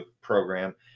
program